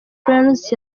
cranes